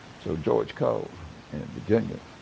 so george calls and virginia,